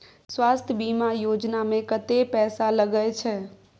स्वास्थ बीमा योजना में कत्ते पैसा लगय छै?